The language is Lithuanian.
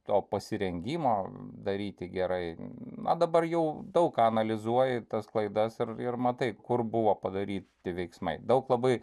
to pasirengimo daryti gerai na dabar jau daug analizuoji tas klaidas ir matai kur buvo padaryti veiksmai daug labai